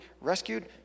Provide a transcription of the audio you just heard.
rescued